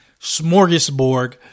smorgasbord